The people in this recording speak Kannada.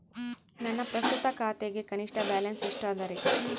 ನನ್ನ ಪ್ರಸ್ತುತ ಖಾತೆಗೆ ಕನಿಷ್ಠ ಬ್ಯಾಲೆನ್ಸ್ ಎಷ್ಟು ಅದರಿ?